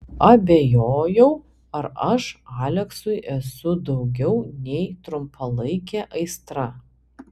abejojau ar aš aleksui esu daugiau nei trumpalaikė aistra